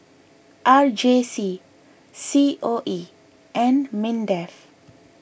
R J C C O E and Mindef